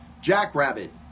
Jackrabbit